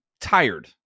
tired